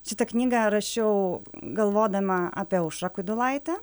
šitą knygą rašiau galvodama apie aušrą kudilaitę